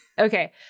Okay